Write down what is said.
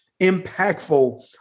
impactful